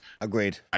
Agreed